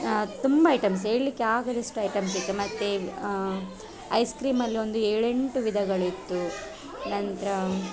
ತುಂಬ ಐಟಮ್ಸ್ ಹೇಳ್ಲಿಕ್ಕೆ ಆಗದಷ್ಟು ಐಟಮ್ಸ್ ಇತ್ತು ಮತ್ತು ಐಸ್ ಕ್ರೀಮ್ ಅಲ್ಲಿ ಒಂದು ಏಳೆಂಟು ವಿಧಗಳಿತ್ತು ನಂತರ